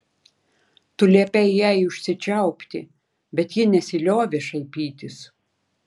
tu liepei jai užsičiaupti bet ji nesiliovė šaipytis